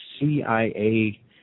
CIA